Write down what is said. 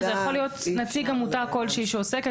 זה יכול להיות נציג עמותה כלשהי שעוסקת.